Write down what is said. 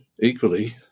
Equally